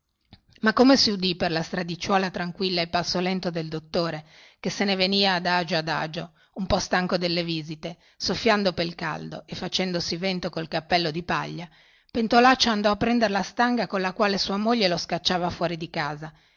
ma come si udì per la stradicciuola tranquilla il passo lento del dottore che se ne venia adagio adagio un po stanco delle visite soffiando pel caldo e facendosi vento col cappello di paglia pentolaccia andò a prender la stanga colla quale sua moglie lo scacciava fuori di casa